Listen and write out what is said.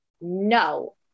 no